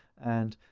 and